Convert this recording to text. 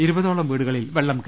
ഇരുപതോളം വീടുകളിൽ വെള്ളംകയറി